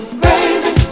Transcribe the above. crazy